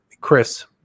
Chris